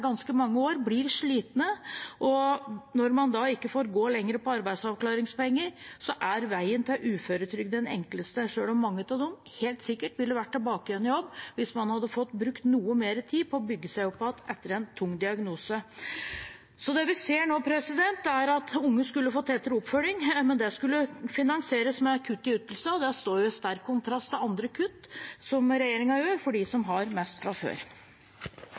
ganske mange år, blir slitne. Når man da ikke får gå lenger på arbeidsavklaringspenger, er veien til uføretrygd den enkleste, selv om mange av dem helt sikkert ville vært tilbake igjen i jobb hvis man hadde fått brukt noe mer tid på å bygge seg opp igjen etter en tung diagnose. Det vi ser, er at unge skulle få tettere oppfølging, men det skal finansieres med kutt i ytelser. Det står i sterk kontrast til andre kutt regjeringen gjør for dem som har mest fra før.